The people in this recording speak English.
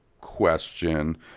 question